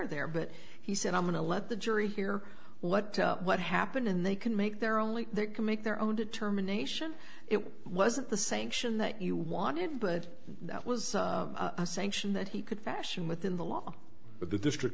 there there but he said i'm going to let the jury hear what what happened and they can make their only they can make their own determination it wasn't the same action that you wanted but that was a sanction that he could fashion within the law but the district